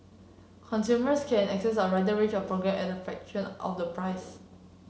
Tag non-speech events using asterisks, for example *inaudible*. consumers can access a wider range of *unintelligible* at a fraction of the price